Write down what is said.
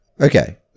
Okay